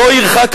לא ירחק היום,